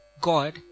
God